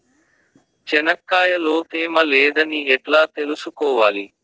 చెనక్కాయ లో తేమ లేదని ఎట్లా తెలుసుకోవాలి?